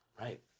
Right